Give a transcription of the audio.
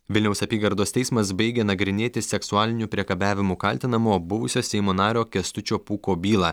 vilniaus apygardos teismas baigė nagrinėti seksualiniu priekabiavimu kaltinamu buvusio seimo nario kęstučio pūko bylą